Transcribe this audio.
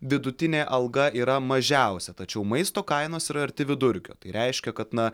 vidutinė alga yra mažiausia tačiau maisto kainos yra arti vidurkio tai reiškia kad na